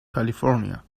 california